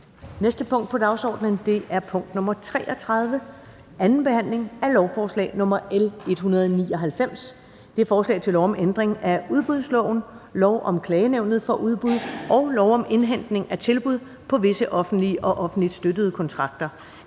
næste punkt på dagsordenen er: 33) 2. behandling af lovforslag nr. L 199: Forslag til lov om ændring af udbudsloven, lov om Klagenævnet for Udbud og lov om indhentning af tilbud på visse offentlige og offentligt støttede kontrakter.